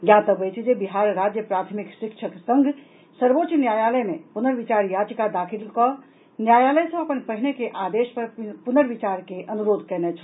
ज्ञातव्य अछि जे बिहार राज्य प्राथमिक शिक्षक संघ सर्वोच्च न्यायालय मे पुर्नविचार याचिका दाखिल कऽ न्यायालय सॅ अपन पहिने के आदेश पर पुर्नविचार के अनुरोध कयने छल